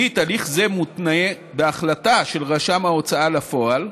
שנית, הליך זה מותנה בהחלטה של רשם ההוצאה לפועל,